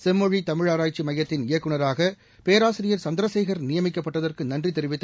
செம்மொழி தமிழாராய்ச்சி மையத்தின் இயக்குநராக பேராசிரியர் சந்திரசேகர் நியமிக்கப்பட்டதற்கு நன்றி தெரிவித்து